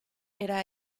era